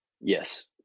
Yes